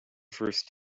first